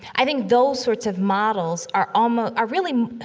i think those sorts of models are almost are really